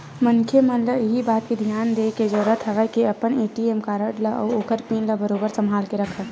मनखे मन ल इही बात के धियान देय के जरुरत हवय के अपन ए.टी.एम कारड ल अउ ओखर पिन ल बरोबर संभाल के रखय